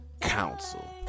Council